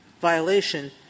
violation